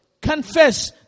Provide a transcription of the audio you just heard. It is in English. Confess